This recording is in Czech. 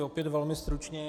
Opět velmi stručně.